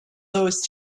those